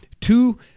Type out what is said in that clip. two